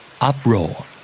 Uproar